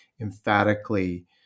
emphatically